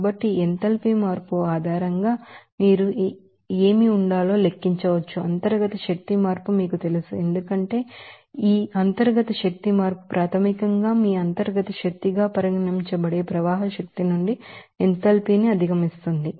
కాబట్టి ఈ ఎంథాల్పీ మార్పు ఆధారంగా మీరు ఏమి ఉండాలో లెక్కించవచ్చు ఇంటర్నల్ ఎనర్జీ చేంజ్ మీకు తెలుసు ఎందుకంటే ఈ ఇంటర్నల్ ఎనర్జీ చేంజ్ ప్రాథమికంగా మీ ఇంటర్నల్ ఎనర్జీ గా పరిగణించబడే ఈ ఫ్లో రేట్ నుండి ఎంథాల్పీ ని అధిగమించింది